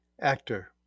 actor